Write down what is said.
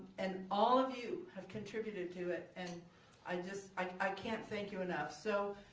and all of you have contributed to it and i just i can't thank you enough. so,